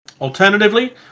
Alternatively